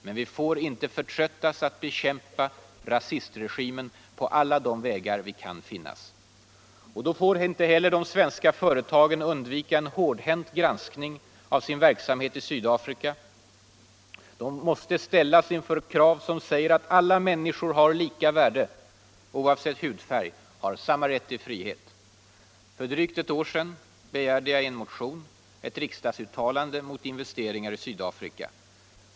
Men vi får inte förtröttas att bekämpa rasistregimen på alla de vägar vi kan finna. Då får inte heller de svenska företagen undvika en hårdhänt granskning av sin verksamhet i Sydafrika. De måste ställas inför krav som säger att alla människor har lika värde oavsett hudfärg och har samma rätt till frihet. För drygt ett år sedan begärde jag i en motion ett riksdagsuttalande mot investeringar i Sydafrika.